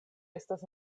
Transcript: estas